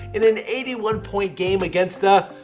and an eighty one point game against the,